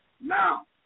Now